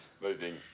Moving